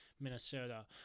Minnesota